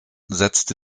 setzte